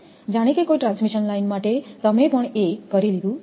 જાણે કે કોઈ ટ્રાન્સમિશન લાઈન માટે તમે પણ એ કરી લીધું છે